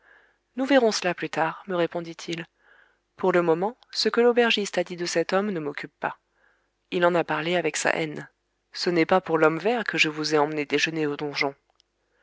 nous verrons cela plus tard me répondit-il pour le moment ce que l'aubergiste a dit de cet homme ne m'occupe pas il en a parlé avec sa haine ce n'est pas pour l homme vert que je vous ai emmené déjeuner au donjon